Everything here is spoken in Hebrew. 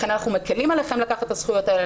לכן אנחנו מקלים עליכם לקחת את הזכויות האלה,